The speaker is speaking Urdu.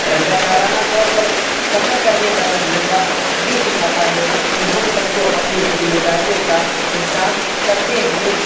رضاکارانہ طور پر سفر کرنے کا تجربہ یہ سکھاتا ہے کہ ہم سب کو اپنی ذمہ داریوں کا احساس کرتے ہوئے